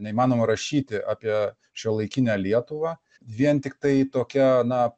neįmanoma rašyti apie šiuolaikinę lietuvą vien tiktai tokia na